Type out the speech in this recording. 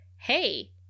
hey